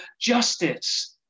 Justice